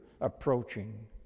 approaching